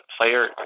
player